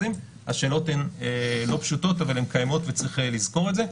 השאלות הן לא פשוטות אבל הן קיימות וצריך לזכור את זה.